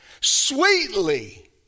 sweetly